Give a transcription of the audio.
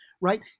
right